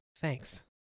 Thanks